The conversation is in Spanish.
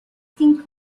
king